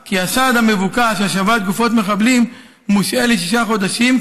כי הסעד המבוקש להשבת גופות מחבלים מושעה לשישה חודשים,